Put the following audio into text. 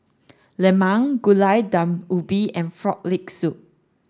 Lemang Gulai Daun Ubi and frog leg soup